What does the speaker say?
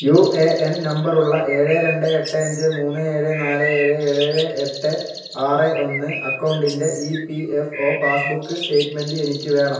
U A N നമ്പറുള്ള ഏഴ് രണ്ട് എട്ട് അഞ്ച് മൂന്ന് ഏഴേ നാല് ഏഴ് ഏഴ് എട്ട് ആറ് ഒന്ന് അക്കൗണ്ടിൻ്റെ E P F O passbook statement എനിക്ക് വേണം